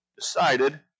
decided